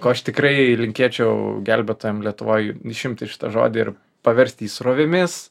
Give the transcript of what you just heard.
ko aš tikrai linkėčiau gelbėtojam lietuvoj išimti šitą žodį ir paversti jį srovėmis